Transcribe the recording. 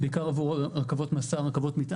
בעיקר עבור רכבות משא ומטען.